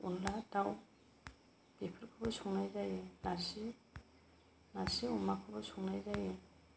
अन्दला दाउ बेफोरखौबो संनाय जायो नारजि नारजि अमाखौबो संनाय जायो